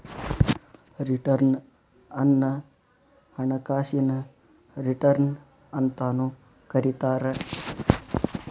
return ಅನ್ನ ಹಣಕಾಸಿನ return ಅಂತಾನೂ ಕರಿತಾರ